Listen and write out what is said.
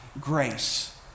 grace